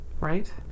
right